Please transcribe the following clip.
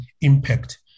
impact